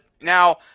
now